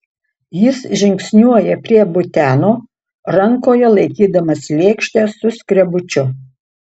jis žingsniuoja prie buteno rankoje laikydamas lėkštę su skrebučiu